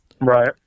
right